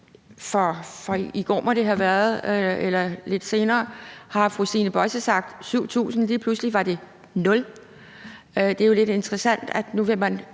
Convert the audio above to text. om tallet, at i går eller lidt senere har fru Stine Bosse sagt 7.000, og lige pludselig var det 0. Det er jo lidt interessant, at man